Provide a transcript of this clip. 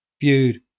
viewed